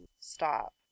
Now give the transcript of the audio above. stop